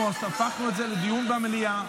אנחנו הפכנו את זה לדיון במליאה.